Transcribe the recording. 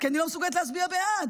כי אני לא מסוגלת להצביע בעד,